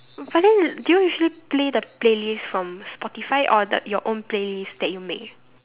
but then do you usually play the playlist from Spotify or the your own playlist that you make